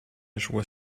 joie